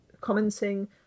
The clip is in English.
commenting